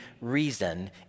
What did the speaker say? reason